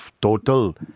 total